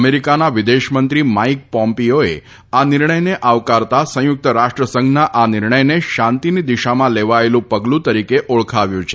અમેરિકાના વિદેશમંત્રી માઇક પોમ્પીઓએ આ નિર્ણયને આવકારતાં સંયુક્ત રાષ્ટ્ર સંઘના આ નિર્ણયને શાંતિની દિશામાં લેવાયેલું પગલું તરીકે ઓળખાવ્યું છે